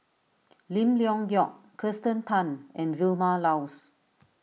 Lim Leong Geok Kirsten Tan and Vilma Laus